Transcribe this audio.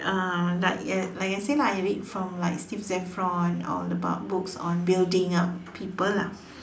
uh like I like I said lah I read from like Steve Zaffron all about books on building up people lah